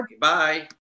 Bye